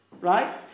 Right